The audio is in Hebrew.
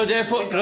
גדי,